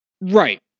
Right